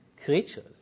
creatures